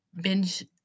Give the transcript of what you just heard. binge